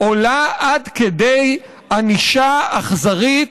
עולה עד כדי ענישה אכזרית,